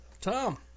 Tom